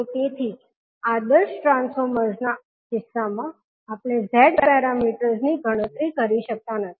તો તેથી જ આદર્શ ટ્રાન્સફોર્મર્સ ના કિસ્સામાં આપણે Z પેરામીટર્સની ગણતરી કરી શકતા નથી